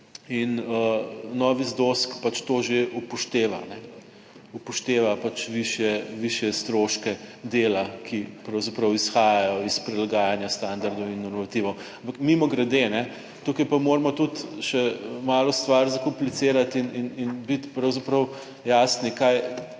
in novi ZDOSK pač to že upošteva pač višje stroške dela, ki pravzaprav izhajajo iz prilagajanja standardov in normativov. Ampak mimogrede tukaj pa moramo tudi še malo stvar zakomplicirati in biti pravzaprav jasni kaj,